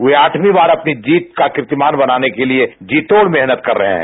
वे आठवीं बार अपनी जीत का कीर्तिमान बनाने के लिए जी तोड मेहनत कर रहे हैं